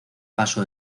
paso